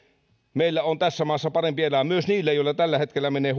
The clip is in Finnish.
meillä on tässä maassa parempi elää myös niillä joilla tällä hetkellä menee